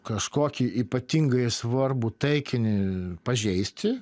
kažkokį ypatingai svarbų taikinį pažeisti